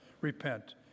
repent